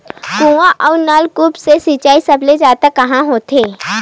कुआं अउ नलकूप से सिंचाई सबले जादा कहां होथे?